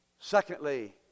secondly